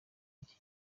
iki